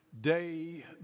day